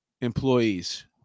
employees